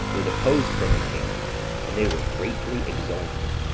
they deposed from the kingdom and they were greatly exalted.